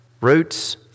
roots